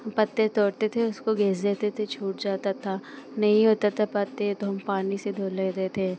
हं पत्ते तोड़ते थे उसको घिस देते थे छूट जाता था नहीं होते थे पत्ते तो हम पानी से धुल लेते थे